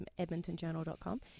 EdmontonJournal.com